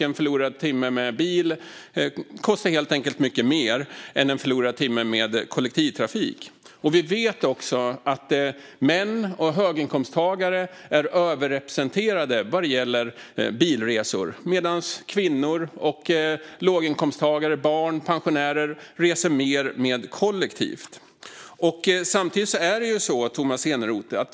En förlorad timme med bil kostar helt enkelt mycket mer än en förlorad timme med kollektivtrafik. Vi vet också att män och höginkomsttagare är överrepresenterade när det gäller bilresor medan kvinnor, låginkomsttagare, barn och pensionärer reser mer kollektivt.